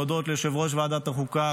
להודות ליושב-ראש ועדת החוקה,